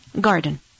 garden